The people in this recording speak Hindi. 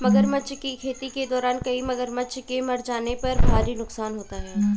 मगरमच्छ की खेती के दौरान कई मगरमच्छ के मर जाने पर भारी नुकसान होता है